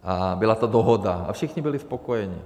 A byla to dohoda a všichni byli spokojeni.